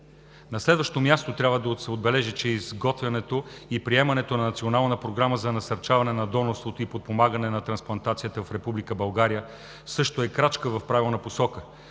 На следващо място, трябва да се отбележи, че изготвянето и приемането на Национална програма за насърчаване на донорството и подпомагане на трансплантацията в Република България също е крачка в правилната посока,